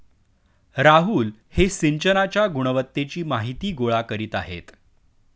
राहुल हे सिंचनाच्या गुणवत्तेची माहिती गोळा करीत आहेत